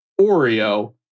Oreo